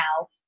now